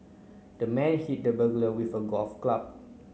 the man hit the burglar with a golf club